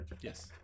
Yes